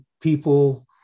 people